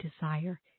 desire